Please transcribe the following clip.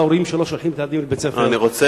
ההורים שלא שולחים את הילדים לבית-הספר אלא,